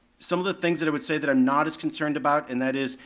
some of the things that i would say that i'm not as concerned about and that is,